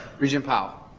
regent powell.